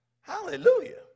Hallelujah